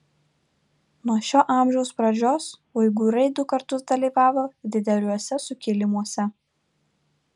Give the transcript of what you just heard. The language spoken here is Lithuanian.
nuo šio amžiaus pradžios uigūrai du kartus dalyvavo dideliuose sukilimuose